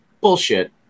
bullshit